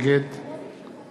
נגד